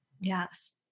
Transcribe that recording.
Yes